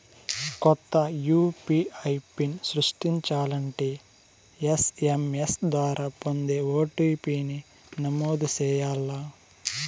కొత్త UPI PIN సృష్టించాలంటే SMS ద్వారా పొందే ఓ.టి.పి.ని నమోదు చేయాల్ల